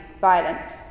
violence